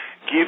give